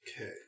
Okay